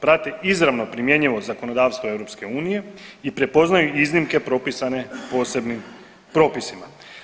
Prati izravno primjenjivo zakonodavstvo EU i prepoznaju iznimke propisane posebnim propisima.